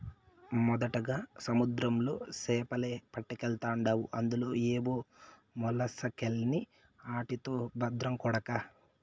మొదటగా సముద్రంలో సేపలే పట్టకెల్తాండావు అందులో ఏవో మొలసకెల్ని ఆటితో బద్రం కొడకా